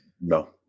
No